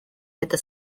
это